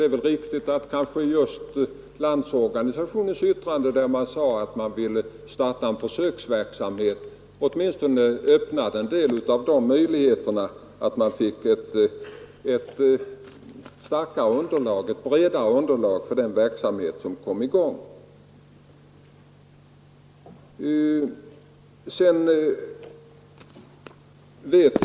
Det är väl också riktigt att just Landsorganisationens yttrande, i vilket man sade att man ville starta en försöksverksamhet, öppnade vissa möjligheter och gjorde att vi fick ett bredare underlag för den verksamhet som kom i gång.